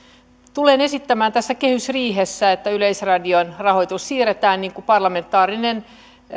tulen esittämään tässä kehysriihessä että yleisradion rahoitus siirretään niin kuin parlamentaarinen